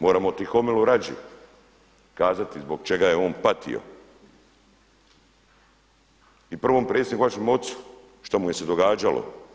Moramo Tihomilu Rađi kazati zbog čega je on patio i prvom predsjedniku vašem ocu šta mu je se događalo.